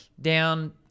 down